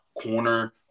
corner